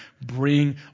bring